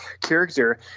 character